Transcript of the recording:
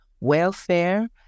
welfare